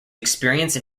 experience